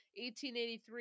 1883